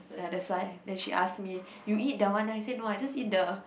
ya that's why then she ask me you eat that one ah I say no I just eat the